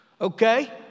Okay